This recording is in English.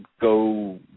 go